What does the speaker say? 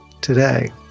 today